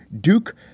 Duke